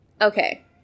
Okay